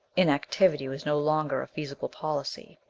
inactivity was no longer a feasible policy.